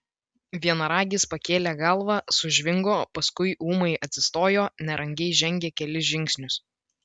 vienaragis pakėlė galvą sužvingo paskui ūmai atsistojo nerangiai žengė kelis žingsnius